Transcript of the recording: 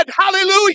Hallelujah